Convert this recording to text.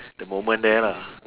the moment there lah